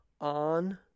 on